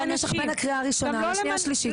לכן יש לך בין הקריאה הראשונה לשנייה שלישית,